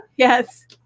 Yes